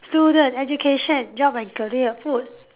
student education job and career food